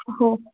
हो